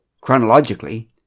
Chronologically